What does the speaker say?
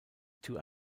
two